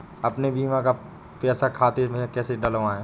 अपने बीमा का पैसा खाते में कैसे डलवाए?